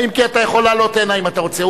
אם כי אתה יכול לעלות הנה אם אתה רוצה.